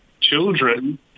children